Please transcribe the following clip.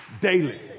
daily